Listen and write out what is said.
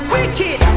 Wicked